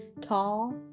tall